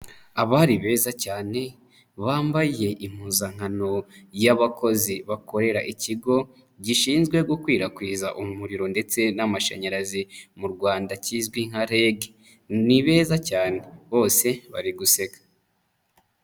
Abari beza cyane bambaye impuzankano y'abakozi bakorera ikigo gishinzwe gukwirakwiza umuriro ndetse n'amashanyarazi mu Rwanda kizwi nka Regi. Ni beza cyane bose bari guseka.